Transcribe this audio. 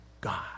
God